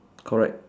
correct